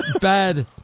bad